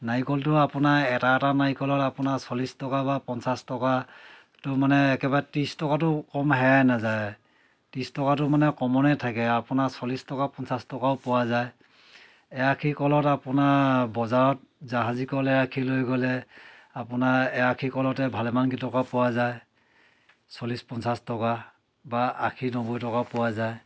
নাৰিকলটো আপোনাৰ এটা এটা নাৰিকলত আপোনাৰ চল্লিছ টকা বা পঞ্চাছ টকা তো মানে একেবাৰে ত্ৰিছ টকাতো কম সেয়া নেযায় ত্ৰিছ টকাটো মানে কমনেই থাকে আৰু আপোনাৰ চল্লিছ টকাও পঞ্চাছ টকাও পোৱা যায় এআশী কলত আপোনাৰ বজাৰত জাহাজী কল এআশী লৈ গ'লে আপোনাৰ এআশী কলতে ভালেমানগিটকাও পোৱা যায় চল্লিছ পঞ্চাছ টকা বা আশী নব্বৈ টকাও পোৱা যায়